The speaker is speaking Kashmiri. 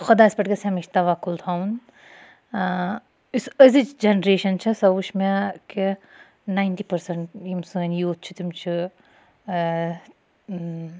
خۄدایَس پٮ۪ٹھ گَژھِ ہَمیشہٕ تَوَکَل تھوُن یُس أزِچ جیٚنریشَن چھِ سۄ وٕچھ مےٚ کہِ نایِنٹی پٔرسنٹ یِم سٲنۍ یوٗتھ چھِ تِم چھِ